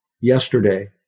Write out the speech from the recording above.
yesterday